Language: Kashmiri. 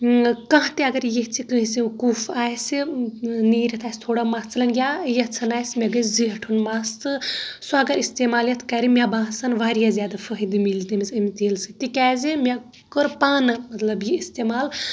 کانٛہہ تہِ اگر یژھہِ کٲنٛسہِ کُف آسہِ نیٖرتھ آسہِ تھوڑا مَس ژلان یا یژھان آسہِ مےٚ گژھہِ زیٹھُن مس تہٕ سُہ اگر استعمال یتھ کرِ مےٚ باسان واریاہ زیادٕ فٲیِدٕ ملہِ تٔمِس امہِ تیٖلہٕ سۭتۍ تِکیازِ مےٚ کوٚر پانہٕ مطلب یہ استعمال